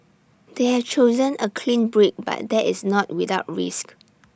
they have chosen A clean break but that is not without risk